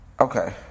Okay